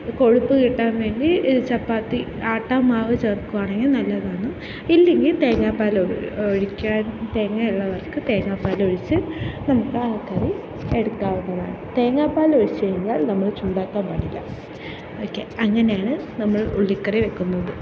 കൊഴുപ്പ് കിട്ടാൻവേണ്ടി ചപ്പാത്തി ആട്ടമാവ് ചേർക്കുകയാണെങ്കില് നല്ലതാണ് ഇല്ലെങ്കില് തേങ്ങാപ്പാല് ഒഴിക്കാൻ തേങ്ങ ഉള്ളവർക്ക് തേങ്ങാപ്പാല് ഒഴിച്ച് നമുക്കാ കറി എടുക്കാവുന്നതാണ് തേങ്ങാപ്പാൽ ഒഴിച്ച് കഴിഞ്ഞാൽ നമ്മൾ ചൂടാക്കാന്പാടില്ല ഓക്കെ അങ്ങനെയാണ് നമ്മള് ഉള്ളിക്കറി വയ്ക്കുന്നത്